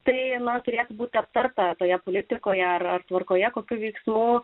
prieina prie bute aptarta toje politikoje ar tvarkoje kokių veiksmų